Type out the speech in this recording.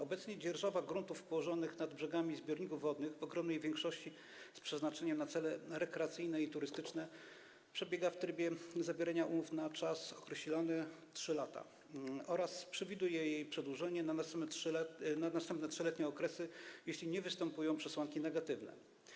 Obecnie dzierżawa gruntów położonych nad brzegami zbiorników wodnych, w ogromnej większości z przeznaczeniem na cele rekreacyjne i turystyczne, odbywa się w trybie zawierania umów na czas określony na 3 lata oraz przewiduje ich przedłużenie na następne 3-letnie okresy, jeśli nie występują przesłanki negatywne.